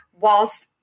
whilst